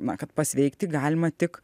na kad pasveikti galima tik